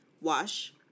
Wash